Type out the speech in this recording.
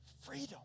freedom